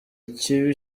ikibi